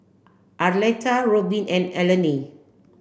Arletta Robyn and Eleni